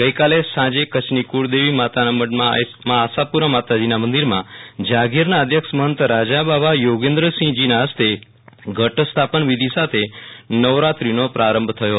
ગઈકાલે સાંજે કચ્છના કૂળદેવી માતાના મઢ ખાતે આઈ આશાપુરા માતાજીના મંદિરમાં જાગીરના અધ્યક્ષ મહંત રાજાબાવા યોગેન્દ્રસિંહજીના હસ્તે ઘટસ્થાપન વિધિ સાથે નવરાત્રીનો પ્રારંભ થયો હતો